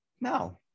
no